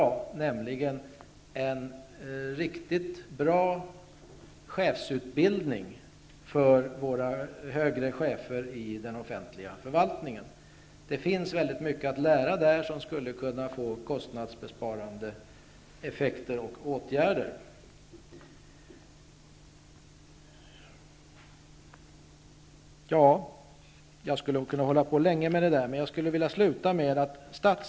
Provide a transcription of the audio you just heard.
Det gäller då en riktigt bra chefsutbildning för högre chefer inom den offentliga förvaltningen. Det finns väldigt mycket att lära där, och åtgärder skulle få kostnadsbesparingseffekter. Jag skulle kunna tala länge om dessa saker. Men jag skall avsluta anförandet med att säga följande.